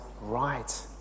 right